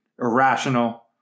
irrational